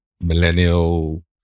millennial